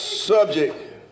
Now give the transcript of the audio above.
Subject